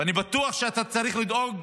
ואני בטוח שאתה צריך לדאוג